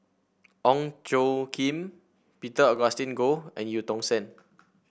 Ong Tjoe Kim Peter Augustine Goh and Eu Tong Sen